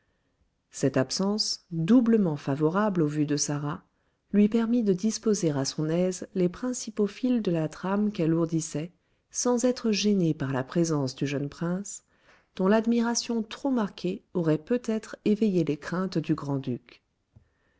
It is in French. cette absence doublement favorable aux vues de sarah lui permit de disposer à son aise les principaux fils de la trame qu'elle ourdissait sans être gênée par la présence du jeune prince dont l'admiration trop marquée aurait peut-être éveillé les craintes du grand-duc